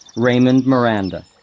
raymond miranda.